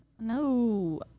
no